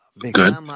Good